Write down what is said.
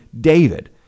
David